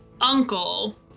uncle